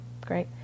great